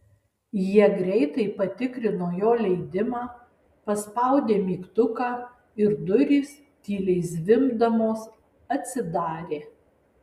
jie greitai patikrino jo leidimą paspaudė mygtuką ir durys tyliai zvimbdamos atsidarė